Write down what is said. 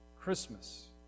Christmas